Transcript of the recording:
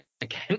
Again